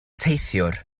teithiwr